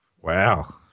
Wow